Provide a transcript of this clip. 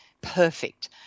perfect